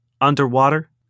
underwater